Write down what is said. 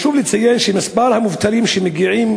חשוב לציין שמספר המובטלים שמגיעים